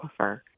aquifer